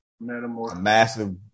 massive